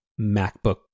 macbook